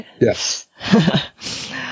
yes